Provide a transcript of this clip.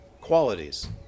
qualities